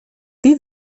wie